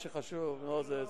זה מה שחשוב, מוזס?